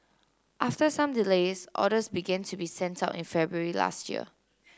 after some delays orders began to be sent out in February last year